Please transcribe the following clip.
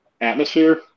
atmosphere